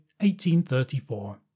1834